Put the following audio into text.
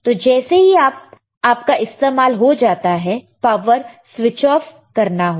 तो जैसे ही आप का इस्तेमाल हो जाता है आपको पावर स्विच ऑफ करना होगा